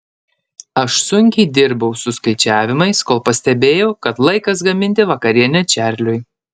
aš sunkiai dirbau su skaičiavimais kol pastebėjau kad laikas gaminti vakarienę čarliui